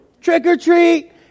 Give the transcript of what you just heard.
trick-or-treat